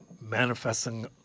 manifesting